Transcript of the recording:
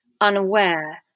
unaware